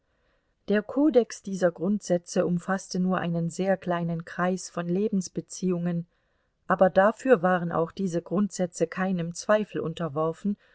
der kodex dieser grundsätze umfaßte nur einen sehr kleinen kreis von lebensbeziehungen aber dafür waren auch diese grundsätze keinem zweifel unterworfen